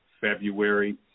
February